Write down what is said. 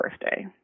birthday